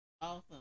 Awesome